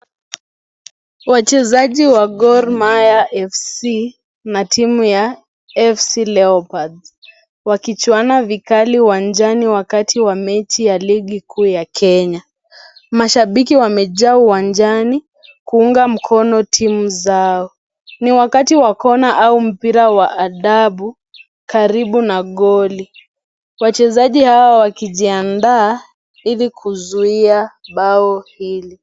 Wachezaji wa Gor Mahia FC na timu ya FC Leopards wakichuana vikali uwanjani wakati wa mechi ya ligi kuu ya Kenya mashabiki wamejaa uwanjani kuunga mkono timu zao ni wakati wa kona au mpira wa adabu karibu na goli wachezaji hawa wakijiandaa ili kuzuia bao hili.